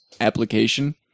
application